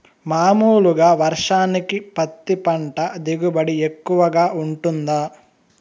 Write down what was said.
మామూలుగా వర్షానికి పత్తి పంట దిగుబడి ఎక్కువగా గా వుంటుందా?